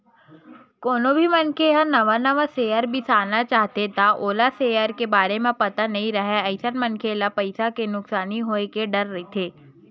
कोनो भी मनखे ह नवा नवा सेयर बिसाना चाहथे त ओला सेयर के बारे म पता नइ राहय अइसन मनखे ल पइसा के नुकसानी होय के डर रहिथे